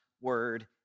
word